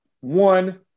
one –